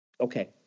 Okay